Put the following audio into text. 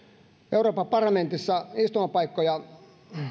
euroopan parlamentissa istumapaikkoja